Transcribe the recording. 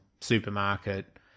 supermarket